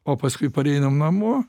o paskui pareinam namo